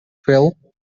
phil